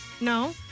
No